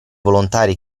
volontari